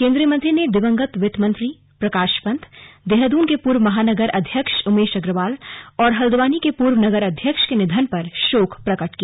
केंद्रीय मंत्री ने दिवंगत वित्त मंत्री प्रकाश पंत देहरादून के पूर्व महानगर अध्यक्ष उमेश अग्रवाल और हल्द्वानी के पूर्व नगर अध्यक्ष के निधन पर शोक प्रकट किया